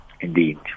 Indeed